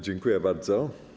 Dziękuję bardzo.